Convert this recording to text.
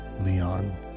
Leon